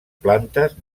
plantes